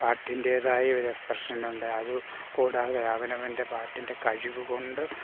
പാട്ടിൻ്റേതായ ഒരു എക്രെസ്പ്രഷൻ ഉണ്ട് അത് കൂടാതെ അവനവൻ്റെ പാട്ടിൻ്റെ കഴിവ് കൊണ്ട്